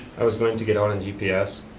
i was going to get out on gps,